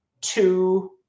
two